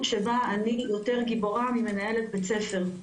שבה אני יותר גיבורה ממנהלת בית ספר.